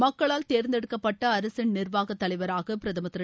மக்களால் தேர்ந்தெடுக்கப்பட்ட அரசின் நிர்வாக தலைவராக பிரதமர் திரு